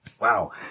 wow